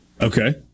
Okay